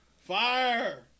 Fire